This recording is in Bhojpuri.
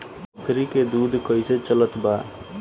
बकरी के दूध कइसे लिटर चलत बा?